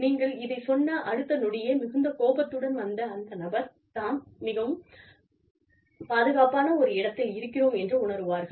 நீங்கள் இதைச் சொன்ன அடுத்த நொடியே மிகுந்த கோபத்துடன் வந்த அந்த நபர் தாம் மிகவும் பாதுகாப்பான ஒரு இடத்தில் இருக்கிறோம் என்று உணருவார்கள்